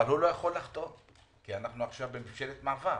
אבל הוא לא יכול לחתום כי אנחנו עכשיו בממשלת מעבר.